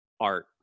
art